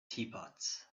teapots